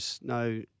no